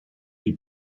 gli